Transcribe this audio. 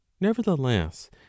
nevertheless